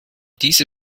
diese